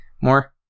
more